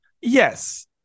Yes